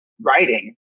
writing